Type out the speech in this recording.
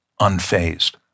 unfazed